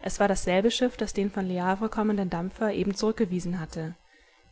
es war dasselbe schiff das den von lehavre kommenden dampfer eben zurückgewiesen hatte